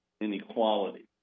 inequality